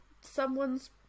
someone's